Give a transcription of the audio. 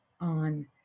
on